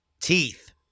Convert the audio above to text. teeth